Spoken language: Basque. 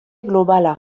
globala